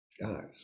guys